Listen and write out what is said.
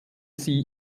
sie